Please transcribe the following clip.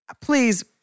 Please